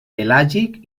pelàgic